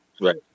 Right